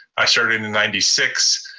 i started in ninety six,